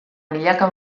milaka